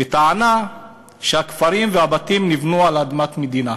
בטענה שהכפרים והבתים נבנו על אדמת מדינה.